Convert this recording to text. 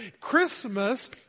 Christmas